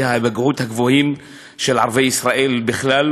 הפגיעה הגבוהים של ערביי ישראל בכלל,